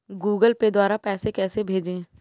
Google Pay द्वारा पैसे कैसे भेजें?